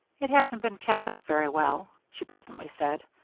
it hasn't been kept up very well, she presently said.